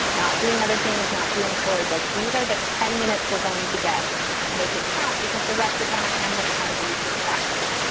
not doing other things, not doing chores like these are the ten minutes we're going to get make it count, because the rest of the time i am going to kind of be distracted.